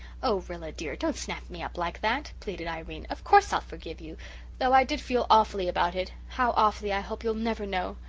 oh, rilla dear, don't snap me up like that, pleaded irene. of course i'll ah forgive you though i did feel awfully about it how awfully i hope you'll never know.